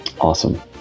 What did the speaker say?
awesome